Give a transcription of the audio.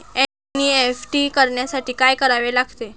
NEFT करण्यासाठी काय करावे लागते?